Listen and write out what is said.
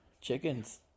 chickens